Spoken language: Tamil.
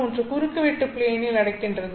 ஒன்று குறுக்குவெட்டு ப்ளேனில் நடக்கின்றது